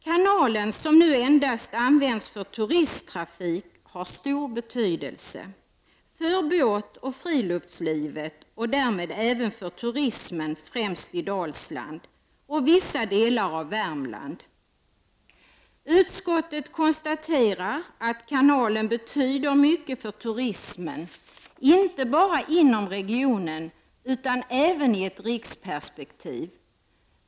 Kanalen, som nu endast används för turisttrafik, har stor betydelse för båtoch friluftslivet och därmed även för turismen, främst i Dalsland och i vissa delar av Värmland. Utskottet konstaterar att kanalen betyder mycket för turismen, inte bara inom regionen utan även i ett riksperspektiv.